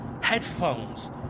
Headphones